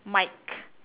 Mike